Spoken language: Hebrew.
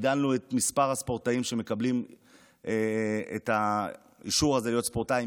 הגדלנו את מספר הספורטאים שמקבלים את האישור הזה להיות ספורטאי,